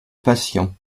patients